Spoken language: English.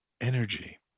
energy